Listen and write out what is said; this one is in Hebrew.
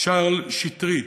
שרל שיטרית,